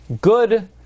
good